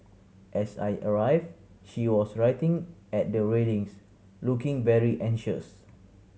as I arrived she was writing at the railings looking very anxious